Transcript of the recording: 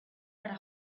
para